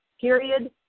period